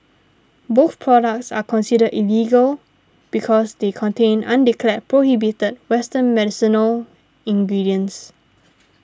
both products are considered illegal because they contain undeclared prohibited western medicinal ingredients